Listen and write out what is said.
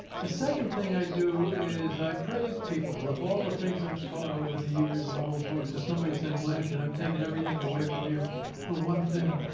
the second thing i do is i praise people. of all the things i've taught over the years, in all the books, if somebody said blanchard, i'm taking everything away from you but one thing,